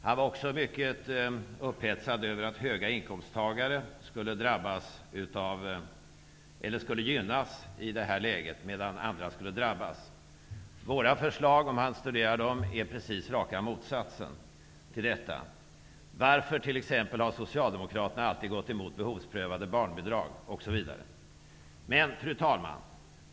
Han var också mycket upphetsad över att höginkomsttagare i detta läge skulle gynnas, medan andra skulle drabbas. Om han studerar våra förslag kommer han finna att de går i rakt motsatt riktning. Varför har Socialdemokraterna exempelvis alltid gått emot behovsprövade barnbidrag? Fru talman!